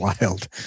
wild